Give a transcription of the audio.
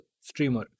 streamer